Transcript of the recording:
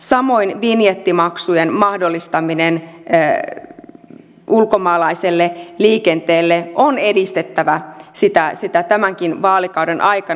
samoin vinjettimaksujen mahdollistamista ulkomaalaiselle liikenteelle on edistettävä tämänkin vaalikauden aikana